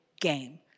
game